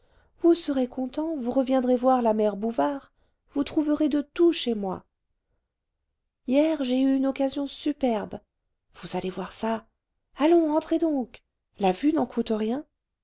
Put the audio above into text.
vous serez contents vous reviendrez voir la mère bouvard vous trouverez de tout chez moi hier j'ai eu une occasion superbe vous allez voir ça allons entrez donc la vue n'en coûte rien